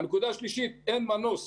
שלישית, אין מנוס